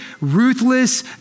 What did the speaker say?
ruthless